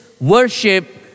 worship